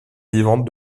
vivante